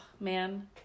man